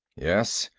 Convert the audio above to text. yes,